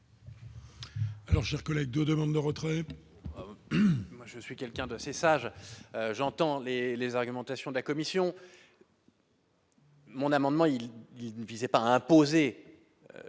Alors, chers collègues de demandes de retrait.